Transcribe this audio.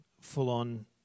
full-on